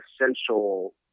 essential